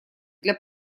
для